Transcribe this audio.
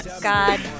God